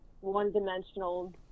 one-dimensional